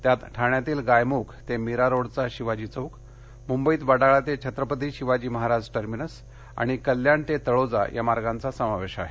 त्यात ठाण्यातील गायमुख ते मीरारोडचा शिवाजी चौक मुंबईत वडाळा ते छत्रपती शिवाजी महाराज टर्मिनल आणि कल्याण ते तळोजा या मार्गाचा समावेश आहे